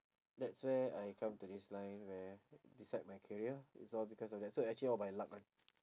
that's where I come to this line where decide my career is all because of that so actually all by luck [one]